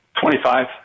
Twenty-five